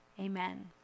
Amen